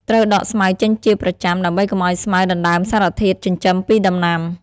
ត្រូវដកស្មៅចេញជាប្រចាំ ដើម្បីកុំឲ្យស្មៅដណ្តើមសារធាតុចិញ្ចឹមពីដំណាំ។